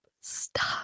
Stop